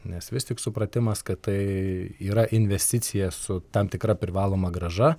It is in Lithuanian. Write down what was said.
nes vis tik supratimas kad tai yra investicija su tam tikra privaloma grąža